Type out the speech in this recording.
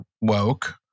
woke